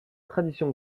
tradition